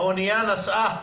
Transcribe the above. האונייה נסעה.